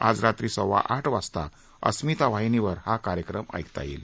आज रात्री सव्वा आठ वाजता अस्मिता वाहिनीवर हा कार्यक्रम ऐकता येईल